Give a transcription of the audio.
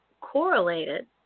correlated